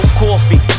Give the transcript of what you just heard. coffee